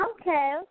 Okay